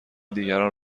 دیگران